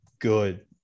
good